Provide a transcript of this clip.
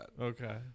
Okay